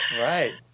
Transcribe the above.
right